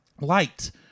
light